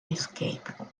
escape